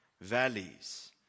valleys